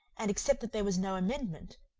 and, except that there was no amendment,